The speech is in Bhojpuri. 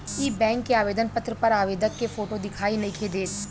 इ बैक के आवेदन पत्र पर आवेदक के फोटो दिखाई नइखे देत